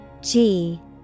-G